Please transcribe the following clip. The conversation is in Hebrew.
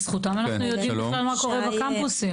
בזכותם אנחנו יודעים בכלל מה קורה בקמפוסים.